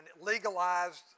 legalized